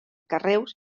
carreus